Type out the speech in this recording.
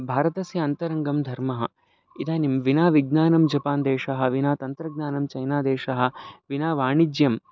भारतस्य अन्तरङ्गं धर्मः इदानीं विनाविज्ञानं जपान् देशः विना तन्त्रज्ञानं चैनादेशः विना वाणिज्यं